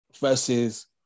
versus